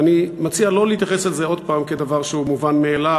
ואני מציע שלא להתייחס לזה עוד פעם כדבר מובן מאליו,